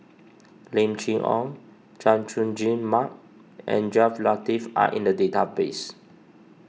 Lim Chee Onn Chay Jung Jun Mark and Jaafar Latiff are in the database